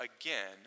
again